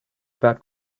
about